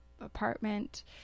apartment